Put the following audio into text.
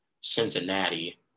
Cincinnati